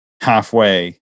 halfway